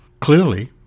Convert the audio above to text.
Clearly